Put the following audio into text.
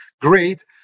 great